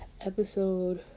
episode